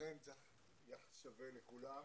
לכן צריך יחס שווה לכולם